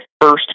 first